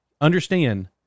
Understand